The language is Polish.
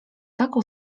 taką